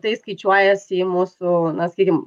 tai skaičiuojasi į mūsų na sakykim